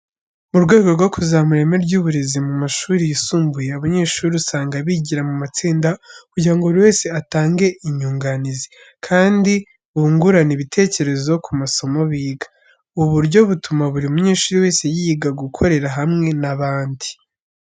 Mu rwego rwo kuzamura ireme ry'uburezi mu mashuri yisumbuye, abanyeshuri usanga bigira mu matsinda kugira ngo buri wese atange inyunganizi, kandi bungurane ibitekerezo ku masomo biga. Ubu buryo butuma buri munyeshuri wese yiga gukorera hamwe n'abandi.